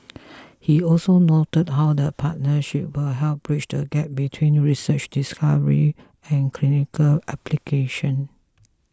he also noted how the partnership will help bridge the gap between research discovery and clinical application